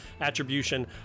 Attribution